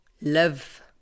live